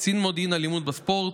קצין מודיעין אלימות בספורט,